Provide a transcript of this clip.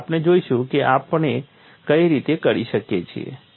અને આપણે જોઈશું કે આપણે કઈ રીતે કરી શકીએ છીએ